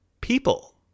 people